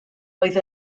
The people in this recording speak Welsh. oedd